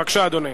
בבקשה, אדוני.